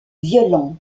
violents